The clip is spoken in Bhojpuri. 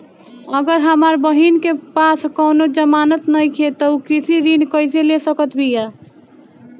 अगर हमार बहिन के पास कउनों जमानत नइखें त उ कृषि ऋण कइसे ले सकत बिया?